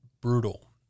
brutal